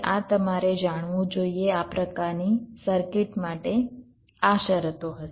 આ તમારે જાણવું જોઈએ આ પ્રકારની સર્કિટ માટે આ શરતો હશે